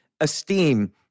Esteem